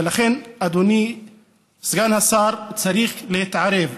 ולכן, אדוני סגן השר, צריך להתערב,